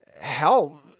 hell